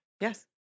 Yes